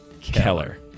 keller